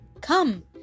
Come